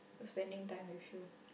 spending time with you